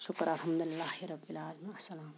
شُکُر الحمدُلِاللہِ رَبِّالعالَمیٖن اسَلامُ علیکُم